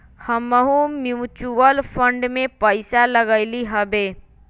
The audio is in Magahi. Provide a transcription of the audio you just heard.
हमहुँ म्यूचुअल फंड में पइसा लगइली हबे